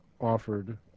offered